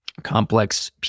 complex